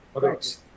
Thanks